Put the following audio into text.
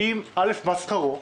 מה שכרו,